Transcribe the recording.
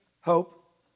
Hope